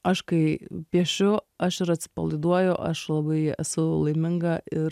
aš kai piešiu aš ir atsipalaiduoju aš labai esu laiminga ir